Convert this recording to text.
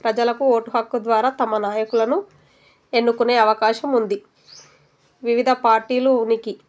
ప్రజలకు ఓటు హక్కు ద్వారా తమ నాయకులను ఎన్నుకునే అవకాశం ఉంది వివిధ పార్టీలు ఉనికి